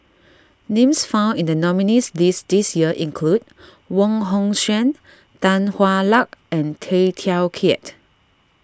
names found in the nominees' list this year include Wong Hong Suen Tan Hwa Luck and Tay Teow Kiat